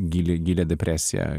gilią gilią depresiją